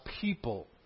people